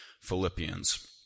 Philippians